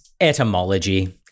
Etymology